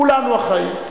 כולנו אחראים.